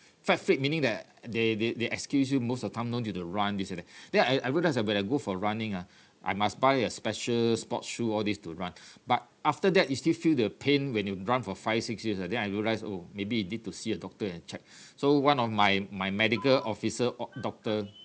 flat feet meaning that they they they excuse you most of time no need to the run this and that then I I realise that when I go for running ah I must buy a special sports shoe all these to run but after that you still feel the pain when you run for five six years ah then I realise oh maybe you need to see a doctor and check so one of my my medical officer or doctor